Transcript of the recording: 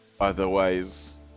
otherwise